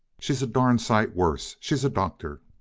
she's a darn sight worse. she's a doctor.